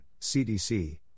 CDC